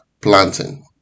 planting